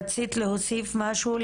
רצית להוסיף משהו?